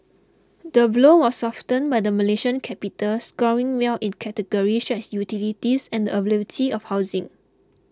the blow was softened by the Malaysian capital scoring well in categories such as utilities and availability of housing